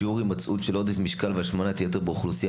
שיעור הימצאות של עודף משקל והשמנת יתר באוכלוסייה